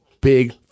big